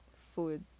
Food